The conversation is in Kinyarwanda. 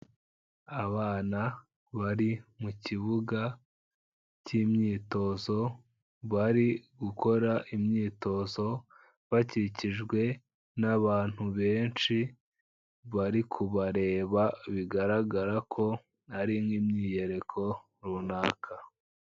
Abana bari mu kibuga k'imyitozo, bari gukora imyitozo, bakikijwe n'abantu benshi bari kubareba, bigaragara ko ari nk'imyiyereko runaka.